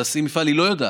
תעשי מפעל, היא לא יודעת.